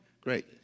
Great